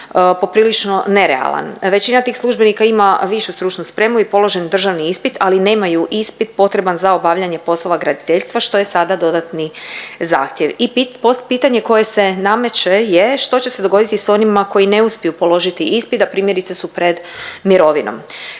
poprilično nerealan. Većina tih službenika ima VSS i položen državni ispit, ali nemaju ispit potreban za obavljanje poslova graditeljstva što je sada dodatni zahtjev. I pitanje koje se nameće je, što će se dogoditi s onima koji ne uspiju položiti ispit, a primjerice su pred mirovinom?